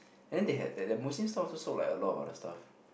then they had that that Muslim store also sold like a lot of other stuffs